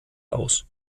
aus